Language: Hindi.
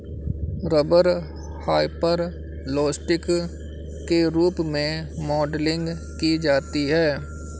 रबर हाइपरलोस्टिक के रूप में मॉडलिंग की जाती है